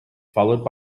followed